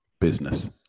Business